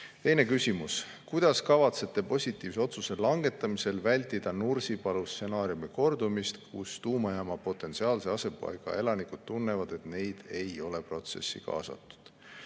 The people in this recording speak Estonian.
Teine küsimus: "Kuidas kavatsete positiivse otsuse langetamisel vältida Nursipalu stsenaariumi kordumist, kus tuumajaama potentsiaalse asupaiga elanikud tunnevad, et neid ei ole protsessi kaasatud?"